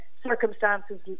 circumstances